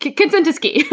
consent is key.